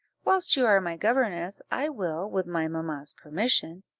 whilst you are my governess, i will, with my mamma's permission,